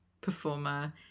performer